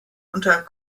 unter